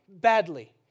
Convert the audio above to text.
badly